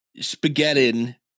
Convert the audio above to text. spaghetti